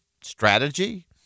strategy